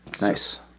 Nice